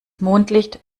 mondlicht